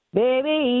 baby